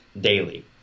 daily